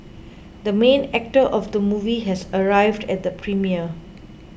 the main actor of the movie has arrived at the premiere